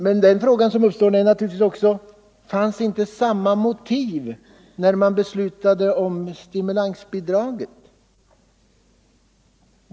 Andra frågor uppstår naturligtvis också: Fanns inte samma motiv när man beslutade om stimulansbidraget?